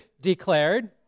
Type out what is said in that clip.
declared